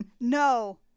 No